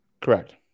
Correct